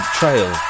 trail